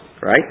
right